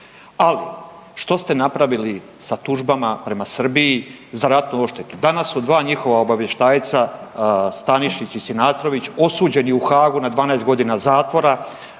Ali što ste napravili sa tužbama prema Srbiji za ratnu odštetu? Danas su dva njihova obavještajca Stanišić i Sinatrović osuđeni u Haagu na 12 godina zatvora,